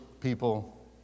people